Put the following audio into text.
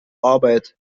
arbeit